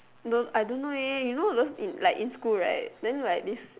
no I don't know eh you know those in like in school right then like this